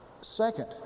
Second